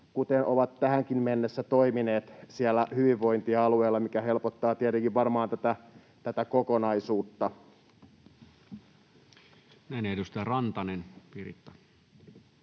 kuten ovat tähänkin mennessä toimineet, mikä helpottaa tietenkin varmaan tätä kokonaisuutta. Näin. — Edustaja Rantanen, Piritta.